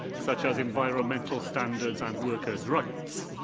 such as environmental standards and workers' rights,